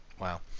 Wow